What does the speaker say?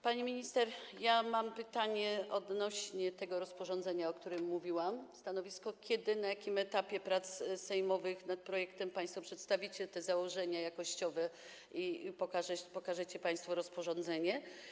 Pani minister, mam pytanie odnośnie do tego rozporządzenia, o którym mówiłam: Kiedy, na jakim etapie prac sejmowych nad projektem państwo przedstawicie te założenia jakościowe i pokażecie państwo rozporządzenie?